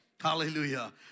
Hallelujah